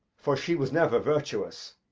for she was never virtuous.